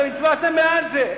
ואתם הצבעתם בעד זה.